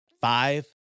Five